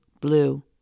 Blue